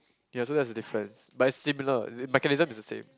ya so that's the difference but it's similar mechanism is the same